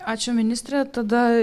ačiū ministre tada